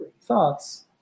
thoughts